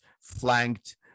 flanked